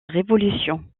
révolution